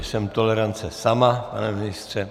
Jsem tolerance sama, pane ministře.